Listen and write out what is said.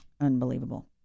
Unbelievable